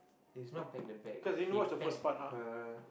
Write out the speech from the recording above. he's not packed the bag he packed her